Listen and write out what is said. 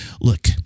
Look